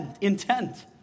intent